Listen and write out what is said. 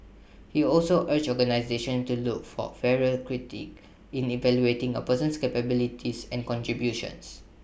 he also urged organisations to look for fairer in evaluating A person's capabilities and contributions